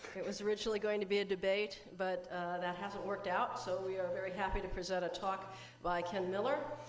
it was originally going to be a debate, but that hasn't worked out, so we are very happy to present a talk by ken miller,